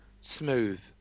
smooth